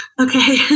Okay